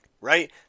right